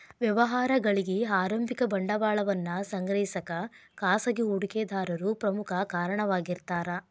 ವ್ಯವಹಾರಗಳಿಗಿ ಆರಂಭಿಕ ಬಂಡವಾಳವನ್ನ ಸಂಗ್ರಹಿಸಕ ಖಾಸಗಿ ಹೂಡಿಕೆದಾರರು ಪ್ರಮುಖ ಕಾರಣವಾಗಿರ್ತಾರ